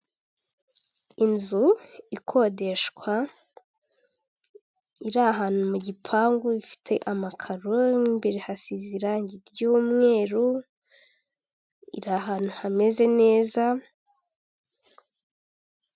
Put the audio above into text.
Inzu ikodeshwa iri ahantu mu gipangu; ifite amakaro mu imbere hasize irangi ry'umweru iri ahantu hameze neza